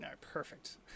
Perfect